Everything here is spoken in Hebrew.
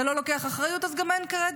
אתה לא לוקח אחריות אז גם אין קרדיט.